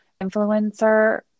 influencer